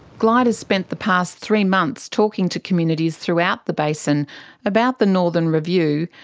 glyde has spent the past three months talking to communities throughout the basin about the northern review,